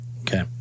Okay